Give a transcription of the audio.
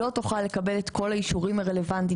לא תוכל לקבל את כל האישורים הרלוונטיים